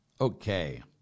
Okay